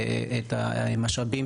יש לו עדות,